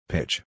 Pitch